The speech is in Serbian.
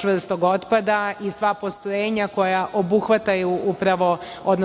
čvrstog otpada i sva postrojenja koja obuhvataju, odnosno